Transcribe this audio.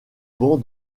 ban